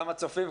גם הצופים,